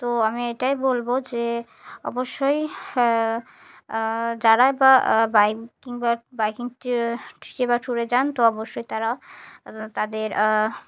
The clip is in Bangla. তো আমি এটাই বলব যে অবশ্যই যারা বা বাইকিং বা বাইকিং বা টি টিরে বা ট্যুরে যান তো অবশ্যই তারা তাদের